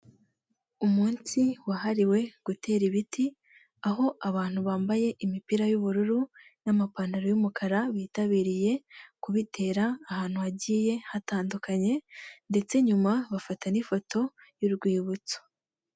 Umunsi wahariwe gutera ibiti aho abantu bambaye imipira y'ubururu n'amapantaro y'umukara bitabiriye kubitera ahantu hagiye hatandukanye ndetse nyuma bafata n'ifoto y'urwibutso.